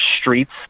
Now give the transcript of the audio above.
streets